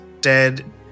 dead